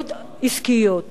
יזמיות עסקיות.